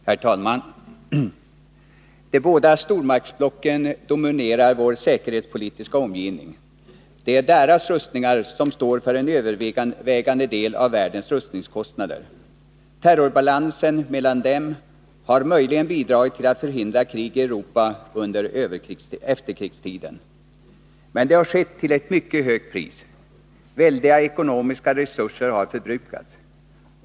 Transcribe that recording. Herr talman! De båda stormaktsblocken dominerar vår säkerhetspolitiska omgivning. Det är deras rustningar som står för en övervägande del av världens rustningskostnader. Terrorbalansen mellan dem har möjligen bidragit till att förhindra krig i Europa under efterkrigstiden. Men det har skett till ett mycket högt pris. Väldiga ekonomiska resurser har förbrukats.